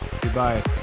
Goodbye